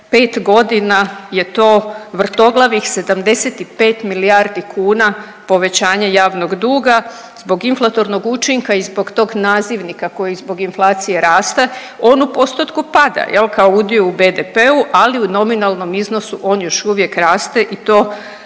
5.g. je to vrtoglavih 75 milijardi kuna povećanje javnog duga zbog inflatornog učinka i zbog tog nazivnika koji zbog inflacije raste, on u postotku pada jel kao udio u BDP-u, ali u nominalnom iznosu on još uvijek raste i to